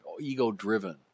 ego-driven